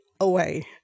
away